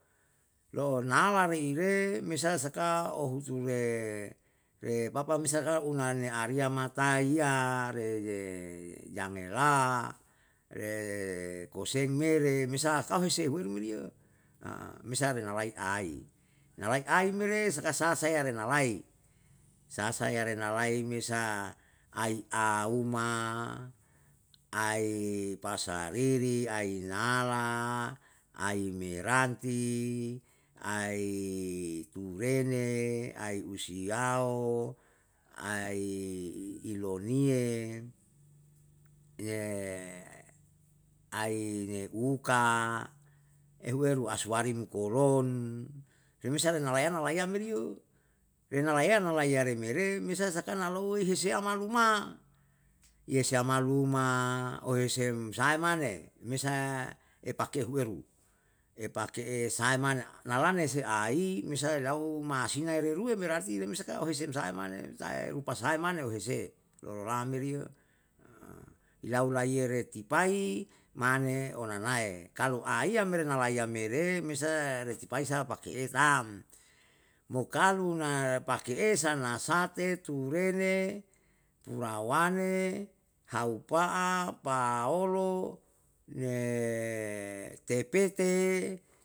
Lo nala reire, mesa saka ohuture re papa me saka una ne ariya mataiya, re jangela, re koseng mere, mesa akau huse huen meri yo, mesa ranalai ai, nalai ai mere saka sa saiya rena lai, sa saiya renlai mesa ai auma, ai pasariri, ainala, ai meranti, ai tulene, ai usiyao, ai iloniye, ai ne uka, ehuweru asuwari mo kolon, remesa ne layana layam meri yo, rena layana layare mere, mesa sakana louwei hesiyama luma. Yesi amaluma, oesem sae mane, mesa epake heuweru, epake sae mane, na lane sai ai, misal le lau ma'asina reruwe berarti reme saka ohesem sahae mane, tae rupa sahae mane, ohese, rorolam meri yo, ilau laiyere tipai mane onanae, kalu aiya mere nalayam mere, mesa retipai sa pake'e tam. Mo kalu na pake'e sana sate, tulene, purawane, haupa'a, pa'olo, ne tepete